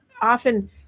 often